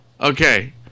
Okay